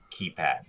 keypad